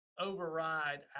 override